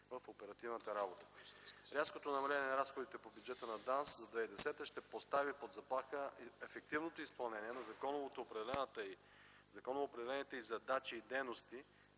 в оперативната работа. Рязкото намаление на разходите по бюджета на ДАНС за 2010 г. ще постави под заплаха ефективното изпълнение на законово определените й задачи и дейности,